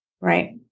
Right